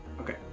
Okay